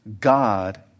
God